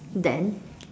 then